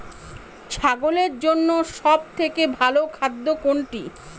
ছাগলের জন্য সব থেকে ভালো খাদ্য কোনটি?